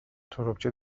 تربچه